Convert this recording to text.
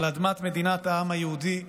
על אדמת מדינת העם היהודי,